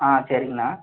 ஆ சரிங்கண்ணா